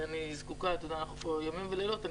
ואני אנחנו פה ימים ולילות,